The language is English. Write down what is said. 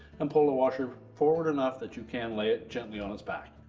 and pull the washer forward enough that you can lay it gently on its back.